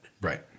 Right